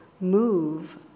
move